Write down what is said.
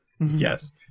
Yes